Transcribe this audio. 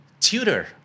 tutor